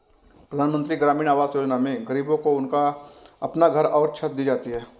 प्रधानमंत्री ग्रामीण आवास योजना में गरीबों को उनका अपना घर और छत दी जाती है